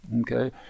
Okay